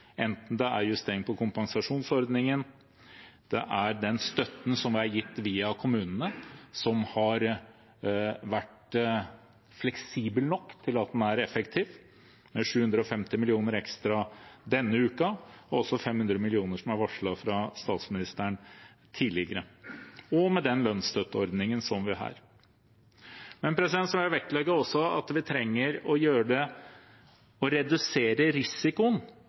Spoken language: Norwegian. justering av kompensasjonsordningen, støtten som er gitt via kommunene, som har vært fleksibel nok til at den er effektiv, med 750 mill. kr ekstra denne uken og 500 mill. kr som tidligere er varslet fra statsministeren, og lønnsstøtteordningen vi har. Jeg må også vektlegge at vi trenger å redusere risikoen ved å